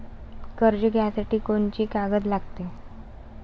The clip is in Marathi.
कर्ज घ्यासाठी कोनची कागद लागते?